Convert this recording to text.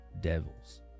devils